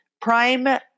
prime